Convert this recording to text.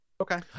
Okay